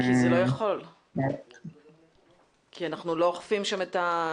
זה לא יכול כי אנחנו לא אוכפים שם.